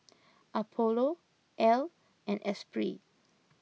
Apollo Elle and Espirit